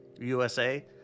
USA